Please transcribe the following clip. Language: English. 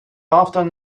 often